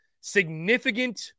Significant